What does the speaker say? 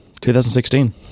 2016